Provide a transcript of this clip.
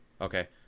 okay